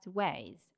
ways